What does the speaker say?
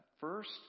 first